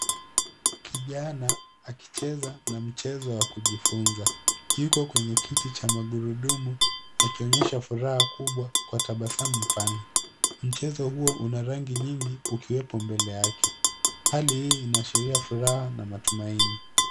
Kijana akicheza na mchezo wa kujifunza. Yuko kwenye kiti cha magurudumu akionyesha furaha kubwa kwa tabasamu pana. Mchezo huo una rangi nyingi ukiwepo mbele yake. Hali hii inaashiria furaha na matumaini.